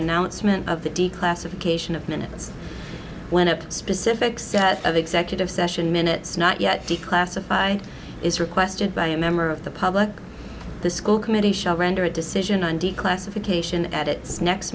announcement of the declassification of minutes when a specific set of executive session minutes not yet declassified is requested by a member of the public the school committee shall render a decision on declassification at its next